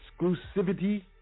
exclusivity